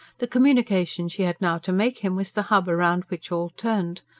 the communication she had now to make him was the hub round which all turned.